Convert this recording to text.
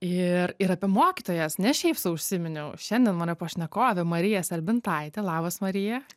ir ir apie mokytojas ne šiaip sau užsiminiau šiandien mano pašnekovė marija serbintaitė labas marija